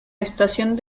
estación